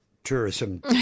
Tourism